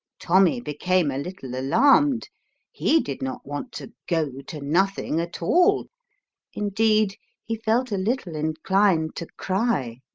tommy became a little alarmed he did not want to go to nothing at all indeed he felt a little inclined to cry.